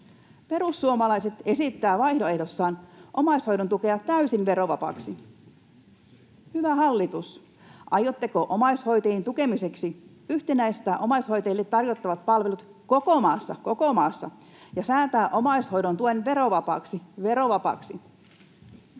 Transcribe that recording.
Perussuomalaiset esittävät vaihtoehdossaan omaishoidon tukea täysin verovapaaksi. Hyvä hallitus, aiotteko omaishoitajien tukemiseksi yhtenäistää omaishoitajille tarjottavat palvelut koko maassa — koko maassa — ja säätää omaishoidon tuen verovapaaksi